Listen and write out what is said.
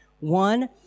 One